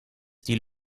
die